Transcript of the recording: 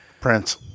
Prince